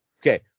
Okay